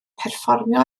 perfformio